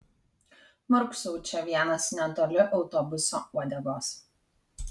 murksau čia vienas netoli autobuso uodegos